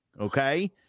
okay